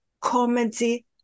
comedy